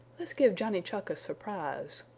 let's give johnny chuck a surprise,